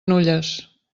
nulles